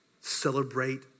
celebrate